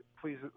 please